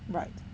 right